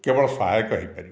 କେବଳ ସହାୟକ ହୋଇପାରିବ